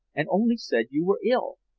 and only said you were ill.